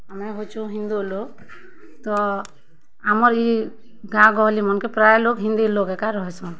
ଆମେ ହଉଚୁ ହିନ୍ଦୁ ଲୋକ୍ ତ ଆମର୍ ଇ ଗାଁ ଗହଲିମାନ୍କେ ପ୍ରାୟ ଲୋକ୍ ହିନ୍ଦୀ ଲୋକ୍ ଏକା ରହେସନ୍